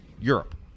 Europe